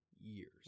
years